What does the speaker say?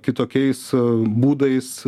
kitokiais būdais